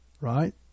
right